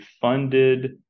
funded